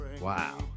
Wow